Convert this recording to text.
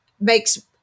makes